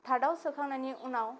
थाराव सोखांनायनि उनाव